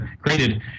created